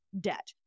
Debt